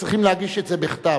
צריכים להגיש את זה בכתב.